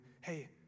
hey